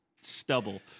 Stubble